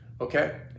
okay